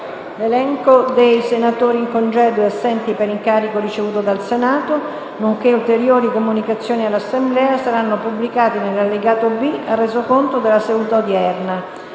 L'elenco dei senatori in congedo e assenti per incarico ricevuto dal Senato, nonché ulteriori comunicazioni all'Assemblea saranno pubblicati nell'allegato B al Resoconto della seduta odierna.